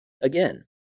again